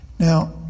Now